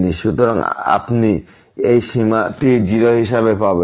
সুতরাং আপনি এই সীমাটি 0 হিসাবে পাবেন